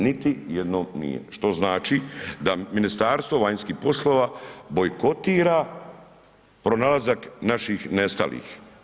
Niti jednom nije što znači da Ministarstvo vanjskih poslova bojkotira pronalazak naših nestalih.